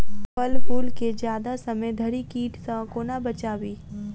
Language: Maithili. फल फुल केँ जियादा समय धरि कीट सऽ कोना बचाबी?